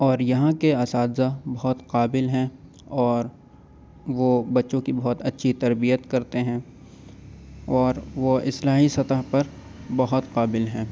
اور یہاں کے اساتذہ بہت قابل ہیں اور وہ بچوں کی بہت اچھی تربیت کرتے ہیں اور وہ اصلاحی سطح پر بہت قابل ہیں